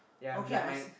okay ice